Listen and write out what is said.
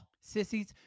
sissies